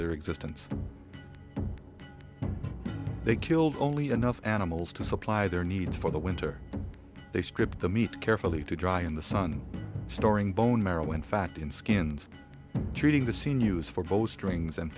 their existence they killed only enough animals to supply their needs for the winter they stripped the meat carefully to dry in the sun storing bone marrow in fact in skins treating the scene use for bowstrings and